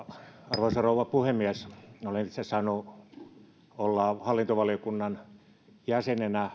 arvoisa rouva puhemies olen itse saanut olla hallintovaliokunnan jäsenenä